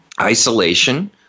isolation